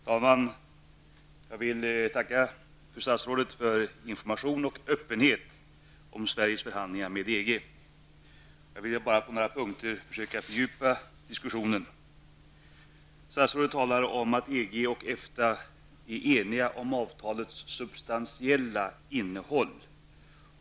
Herr talman! Jag vill tacka fru statsrådet för information och öppenhet om Sveriges förhandlingar med EG. På några punkter vill jag försöka fördjupa diskussionen. Statsrådet talar om att EG och EFTA är eniga om avtalets substantiella innehåll.